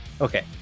okay